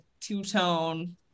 two-tone